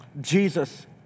Jesus